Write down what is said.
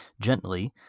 gently